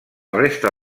resta